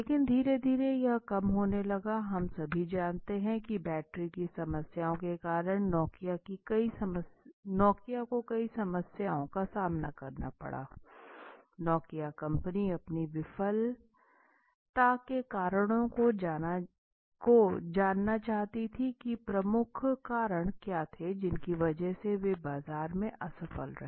लेकिन धीरे धीरे यह कम होने लगा हम सभी जानते हैं कि बैटरी की समस्याओं के कारण नोकिया को कई समस्याओं का सामना करना पड़ा नोकिया कंपनी अपनी विफलता के कारणों को जानना चाहती थी की कि प्रमुख कारण क्या थे जिनकी वजह से वे बाजार में असफल रहे